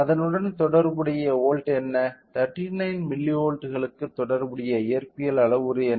அதனுடன் தொடர்புடைய வோல்ட் என்ன 39 மில்லிவோல்ட்டுகளுக்கு தொடர்புடைய இயற்பியல் அளவுரு என்ன